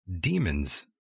demons